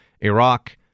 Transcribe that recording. Iraq